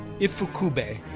ifukube